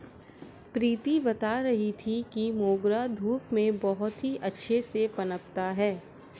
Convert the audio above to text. प्रीति बता रही थी कि मोगरा धूप में बहुत ही अच्छे से पनपता है